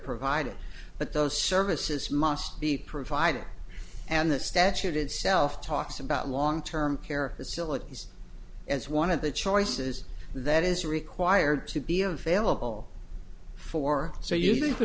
provided but those services must be provided and the statute itself talks about long term care facilities as one of the choices that is required to be available for so you think the